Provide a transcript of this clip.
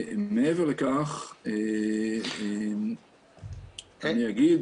מעבר לכך, אני אגיד